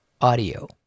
audio